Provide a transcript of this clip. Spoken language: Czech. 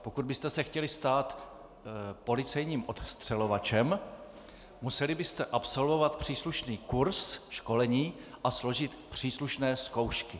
Pokud byste se chtěli stát policejním odstřelovačem, museli byste absolvovat příslušný kurs, školení a složit příslušné zkoušky.